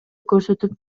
көрсөтүп